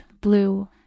blue